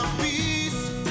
peace